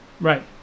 right